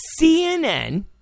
CNN